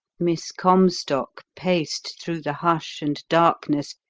miss comstock paced through the hush and darkness,